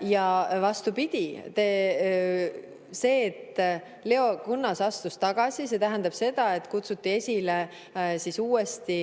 Ja vastupidi, see, et Leo Kunnas astus tagasi, tähendab seda, et kutsuti esile